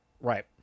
Right